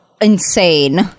insane